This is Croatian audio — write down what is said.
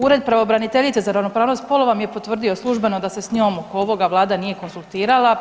Ured pravobraniteljice za ravnopravnost spolova mi je potvrdio službeno da se s njom oko ovoga Vlada nije konzultirala.